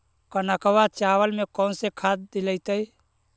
कनकवा चावल में कौन से खाद दिलाइतै?